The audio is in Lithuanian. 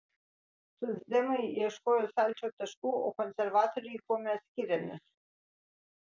socdemai ieškojo sąlyčio taškų o konservatoriai kuo mes skiriamės